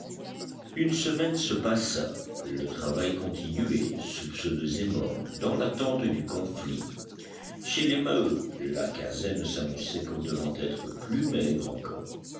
une semaine se passa le travail continuait soupçonneux et morne dans l'attente du conflit chez les maheu la quinzaine s'annonçait comme devant être plus maigre encore